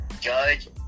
Judge